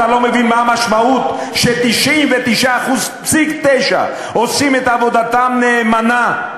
אתה לא מבין מה המשמעות ש-99.9% עושים את עבודתם נאמנה,